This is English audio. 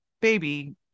baby